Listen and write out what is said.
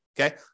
Okay